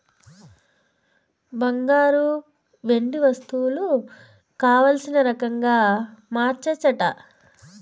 బంగారు, వెండి వస్తువులు కావల్సిన రకంగా మార్చచ్చట